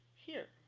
here.